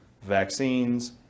vaccines